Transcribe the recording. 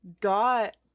got